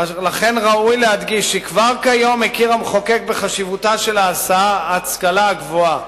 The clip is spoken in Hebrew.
ראוי להדגיש שכבר כיום מכיר המחוקק בחשיבותה של ההשכלה הגבוהה